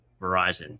Verizon